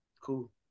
Cool